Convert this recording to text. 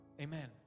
amen